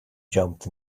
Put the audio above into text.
jumped